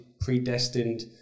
predestined